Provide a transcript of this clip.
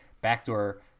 backdoor